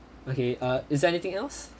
okay err is there anything else